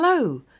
Hello